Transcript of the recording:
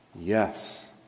Yes